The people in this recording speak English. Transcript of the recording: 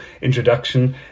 introduction